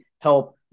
help